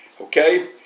Okay